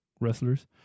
wrestlers